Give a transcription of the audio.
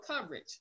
coverage